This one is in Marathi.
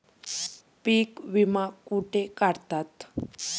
पीक विमा कुठे काढतात?